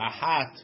Ahat